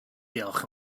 diolch